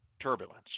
turbulence